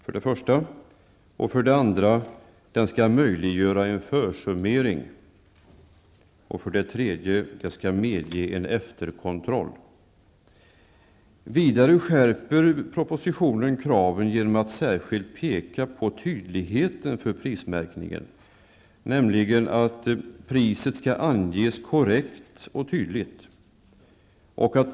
För det andra skall den möjliggöra en försummering. För det tredje skall den medge en efterkontroll. Vidare skärper man i propositionen kraven genom att särskilt peka på tydligheten för prismärkning, nämligen: Priset skall anges korrekt och tydligt.